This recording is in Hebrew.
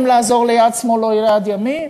אם לעזור ליד שמאל או ליד ימין: